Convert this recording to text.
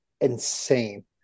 insane